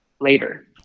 later